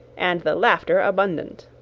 and the laughter abundant.